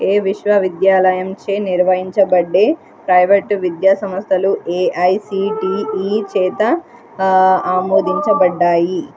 ఏ విశ్వవిద్యాలయంచే నిర్వహించబడే ప్రైవేటు విద్యా సంస్థలు ఏఐసీటీఈ చేత ఆమోదించబడ్డాయి